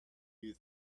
you